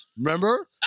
remember